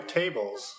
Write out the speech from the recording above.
tables